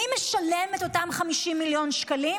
מי משלם את אותם 50 מיליון שקלים?